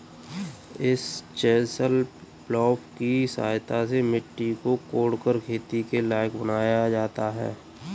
इस chisel plough की सहायता से मिट्टी को कोड़कर खेती के लायक बनाया जाता है